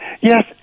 Yes